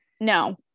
No